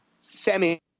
semi